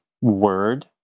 word